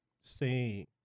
stay